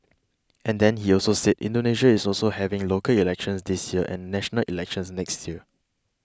and then he also said Indonesia is also having local elections this year and national elections next year